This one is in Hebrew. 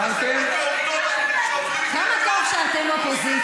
אני בטוחה בזה שזה מדיר שינה מעיניו.